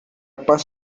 paz